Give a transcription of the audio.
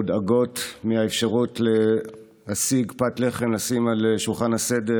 מודאגות מהאפשרות להשיג פת לחם לשים על שולחן הסדר,